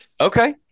Okay